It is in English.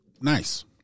Nice